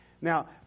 now